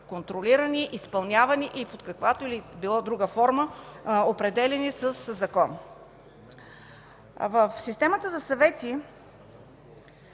контролирани, изпълнявани и под каквото и да било друга форма, определяни със закон. В Системата за съвети,